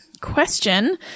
question